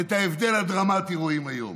ואת ההבדל הדרמטי רואים היום.